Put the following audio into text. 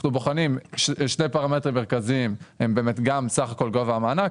אנחנו בוחנים שני פרמטרים מרכזיים הם באמת גם סך הכל גובה המענק.